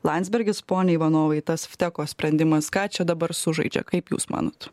landsbergis pone ivanovai tas vteko sprendimas ką čia dabar sužaidžia kaip jūs manot